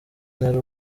ntera